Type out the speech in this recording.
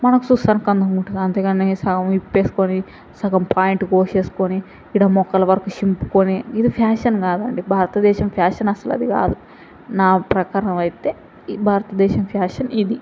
మనకు చూడ్డానికి అందంగా ఉంటుంది అంతేకానీ సగం విప్పేసుకొని సగం ప్యాంటు కోసేసుకుని ఈడ మోకాళ్ళ వరకు చింపుకుని ఇది ఫ్యాషన్ కాదండి భారతదేశం ఫ్యాషన్ అయితే అసలు అది కాదు నా ప్రకారం అయితే భారతదేశం ఫ్యాషన్ ఇది